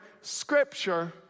Scripture